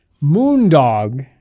Moondog